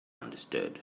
understood